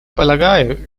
полагаю